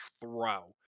throw